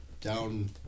down